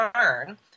learn